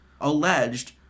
alleged